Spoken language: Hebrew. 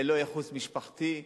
ללא ייחוס משפחתי,